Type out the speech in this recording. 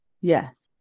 Yes